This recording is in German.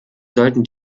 sollten